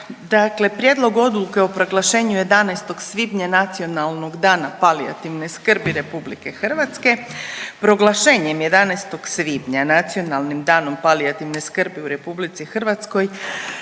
Prijedlog odluke o proglašenju 11. svibnja Nacionalnog dana palijativne skrbi RH. Proglašenjem 11. svibnja Nacionalnim danom palijativne skrbi u RH ukazivalo